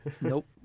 Nope